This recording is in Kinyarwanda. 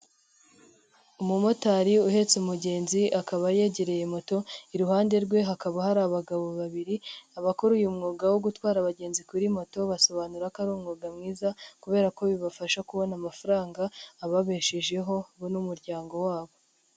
Umumotari uhetse umugenzi akaba yegereye moto, iruhande rwe hakaba hari abagabo babiri, abakora uyu mwuga wo gutwara abagenzi kuri moto basobanura ko ari umwuga mwiza kubera ko bibafasha kubona amafaranga ababeshejeho bo n'umuryango wabo.